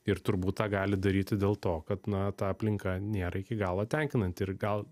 ir turbūt tą gali daryti dėl to kad na ta aplinka nėra iki galo tenkinanti ir gal